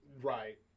Right